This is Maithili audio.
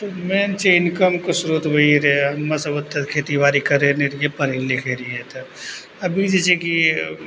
तऽ मेन छै इनकमके स्रोत वही रहै हमरा सबके तऽ खेती बारी करै नहि रहिए पढ़ै लिखै रहिए तऽ अभी जे छै कि